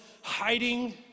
hiding